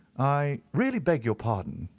i really beg your pardon!